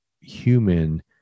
human